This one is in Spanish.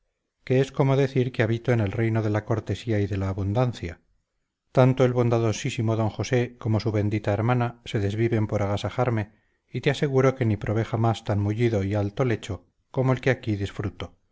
que es como decir que habito en el reino de la cortesía y de la abundancia tanto el bondadosísimo d josé como su bendita hermana se desviven por agasajarme y te aseguro que ni probé jamás tan mullido y albo lecho como el que aquí disfruto